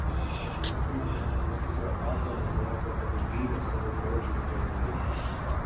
sakoma kad net pati kleopatra naudojo tokią gudrybę savo grožiui puoselėti